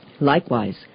Likewise